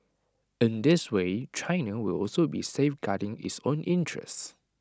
in this way China will also be safeguarding its own interests